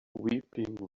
weeping